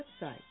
website